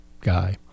guy